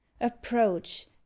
approach